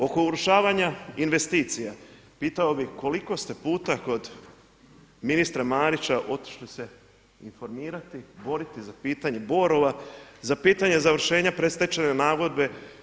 Oko urušavanja investicija, pitao bih koliko ste puta kod ministra Marića otišli se informirati, boriti za pitanje Borova, za pitanje završenja predstečajne nagodbe.